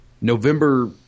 November